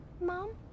Mom